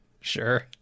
Sure